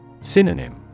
Synonym